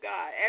God